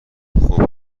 خوب